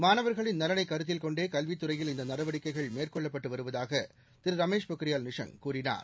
மாணவர்களின் நலனை கருத்தில் கொண்டே கல்வித்துறையில் இந்த நடவடிக்கைகள் மேற்கொள்ளப்பட்டு வருவதாக திரு ரமேஷ் பொக்ரியால் நிஷாங் கூறினார்